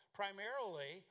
primarily